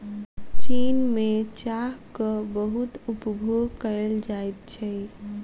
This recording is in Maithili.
चीन में चाहक बहुत उपभोग कएल जाइत छै